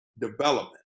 development